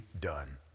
done